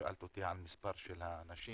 שאלת אותי על המספר של הנשים,